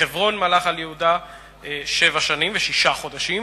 בחברון מלך על יהודה שבע שנים ושישה חודשים,